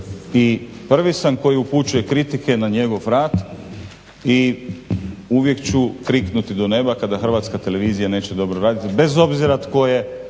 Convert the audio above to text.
I prvi sam koji upućuje kritike na njegov rad i uvijek ću kriknuti do nema kada HTV neće dobro raditi bez obzira tko je